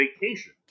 vacation